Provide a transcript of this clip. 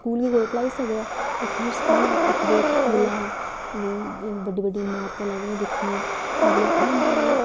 school कोई भलाई सकदा इत्त ते स्कूल हा इक ते किला हा बड्डियां बड्डियां अमारतां लभदियां दिक्खने ई मतलब बड़ा इ'यां